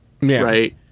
right